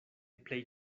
plej